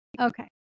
Okay